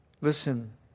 Listen